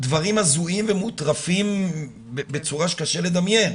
דברים הזויים ומוטרפים בצורה שקשה לדמיין,